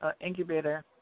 incubator